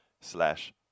Slash